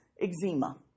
eczema